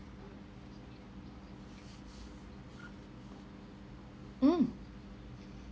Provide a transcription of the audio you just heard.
mm